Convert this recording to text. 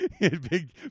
Big